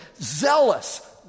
zealous